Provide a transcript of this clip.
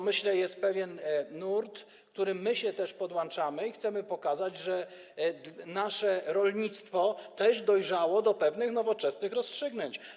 Myślę, że jest pewien nurt, w który my się też włączamy, i chcemy pokazać, że nasze rolnictwo też dojrzało do pewnych nowoczesnych rozstrzygnięć.